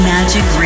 Magic